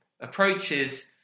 approaches